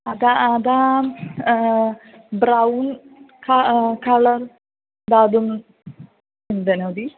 अगतम् अगामि ब्रौन् ख खलर् दातुं चिन्तयति